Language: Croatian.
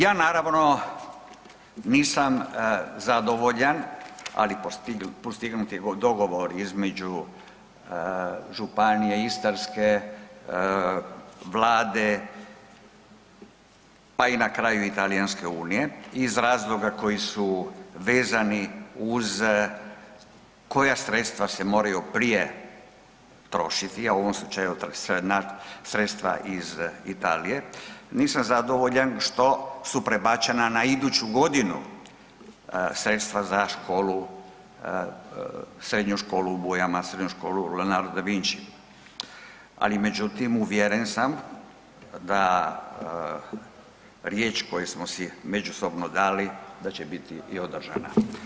Ja naravno nisam zadovoljan, ali postignut je dogovor između Županije istarske, Vlade pa i na kraju Talijanske unije iz razloga koji su vezani uz koja sredstva se moraju prije trošiti, a u ovom slučaju to su sredstva iz Italije, nisam zadovoljan što su prebačena na iduću godinu sredstva za školu Srednju školu u Bujama, Srednju školu „Leonardo de Vinci“, ali međutim uvjeren sam da riječ koje smo si međusobno dali da će biti i održana.